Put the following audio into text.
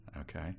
Okay